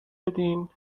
بدین